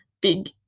big